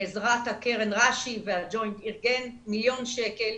בעזרת קרן רש"י והג'וינט ארגן מיליון שקלים,